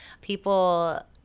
People